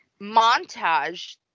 montage